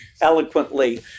eloquently